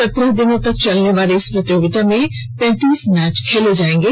सत्रह दिनों तक चलने वाली इस प्रतियोगिता में तैंतीस मैच खेले जाएंगे